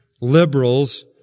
liberals